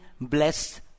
blessed